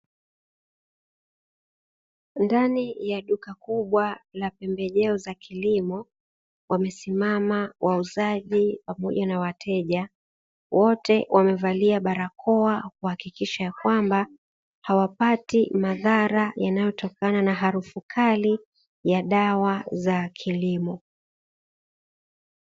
Ndani ya duka kubwa la pembejeo za kilimo, wamesimama wauzaji pamoja na wateja, wote wamevalia barakoa kuhakikisha ya kwamba wote hawapati madhara yatokanayo na harufu kali ya dawa za kilimo.